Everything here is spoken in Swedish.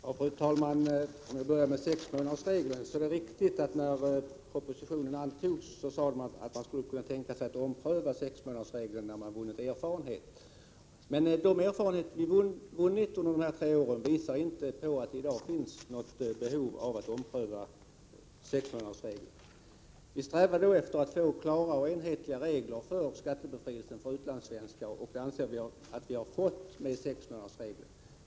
Fru talman! Det är riktigt att det när propositionen antogs sades att man kunde tänka sig att ompröva sexmånadersregeln när erfarenhet av tillämpningen hade vunnits. Men de erfarenheter vi vunnit under dessa tre år tyder inte på att det i dag finns något behov av att ompröva sexmånadersregeln. Vi strävade 1985 efter att få klara och enhetliga regler för skattebefrielsen för utlandssvenskar, och det anser jag att vi fått med sexmånadersregeln.